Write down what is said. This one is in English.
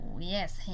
yes